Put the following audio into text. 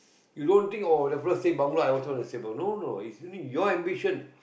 you don't think oh the fellow say bangla I also wanna say ah no no it's your ambition